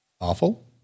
awful